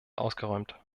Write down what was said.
ausgeräumt